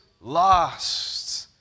lost